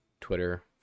Twitter